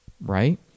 right